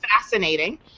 Fascinating